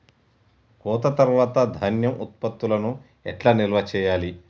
కోత తర్వాత ధాన్యం ఉత్పత్తులను ఎట్లా నిల్వ చేయాలి?